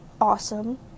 awesome